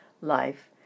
life